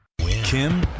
Kim